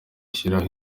gushyiraho